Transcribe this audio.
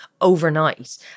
overnight